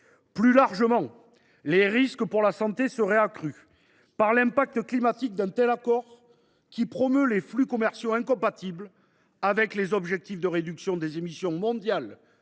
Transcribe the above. Plus largement, les risques pour la santé s’accroîtraient du fait de l’impact climatique d’un tel accord, qui promeut des flux commerciaux incompatibles avec les objectifs de réduction des émissions mondiales